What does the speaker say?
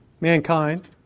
Mankind